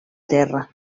terra